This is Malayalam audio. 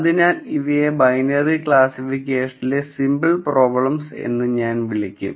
അതിനാൽ ഇവയെ ബൈനറി ക്ലസ്സിഫിക്കേഷനിലെ സിമ്പിൾ പ്രോബ്ലംസ് എന്ന് ഞാൻ വിളിക്കും